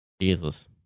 Jesus